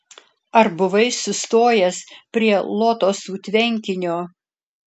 ar buvai sustojęs prie lotosų tvenkinio